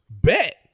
Bet